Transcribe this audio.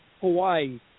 Hawaii